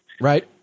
Right